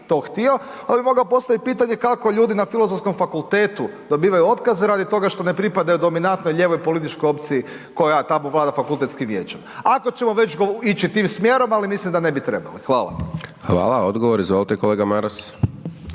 to htio, onda bi mogao postaviti pitanje kako ljudi na Filozofskom fakultetu dobivaju otkaz radi toga što ne pripadaju dominantnoj ljevoj političkoj opciji koja tamo vlada fakultetskim vijećem, ako ćemo već ići tim smjerom, ali mislim da ne bi trebali. Hvala. **Hajdaš Dončić, Siniša